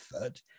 effort